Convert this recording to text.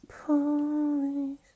police